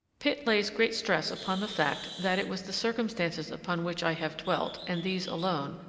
pitt lays great stress upon the fact that it was the circumstances upon which i have dwelt, and these alone,